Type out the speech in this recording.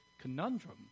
conundrum